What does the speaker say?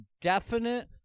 definite